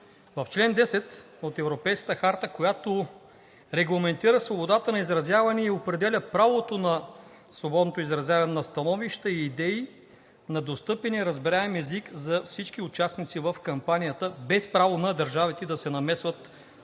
В чл. 10 от Европейската харта, която регламентира свободата на изразяване и определя правото на свободното изразяване на становища и идеи на достъпен и разбираем език за всички участници в кампанията, без право на държавите да се намесват,